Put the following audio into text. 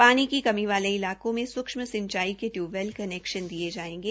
पानी की कमी वाले इलाकें में सूक्ष्म सिंचाई के टयूबवैल कनैक्शन दिये जायेंगे